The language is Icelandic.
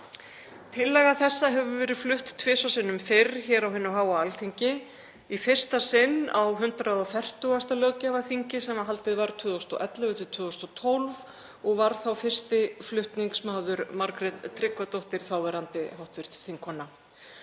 Tillaga þessi hefur verið flutt tvisvar sinnum fyrr hér á hinu háa Alþingi, í fyrsta sinn á 140. löggjafarþingi sem haldið var 2011–2012 og var þá fyrsti flutningsmaður Margrét Tryggvadóttir, þáverandi hv. þingkona.